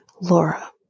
Laura